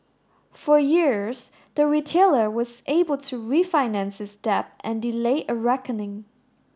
for years the retailer was able to refinance its debt and delay a reckoning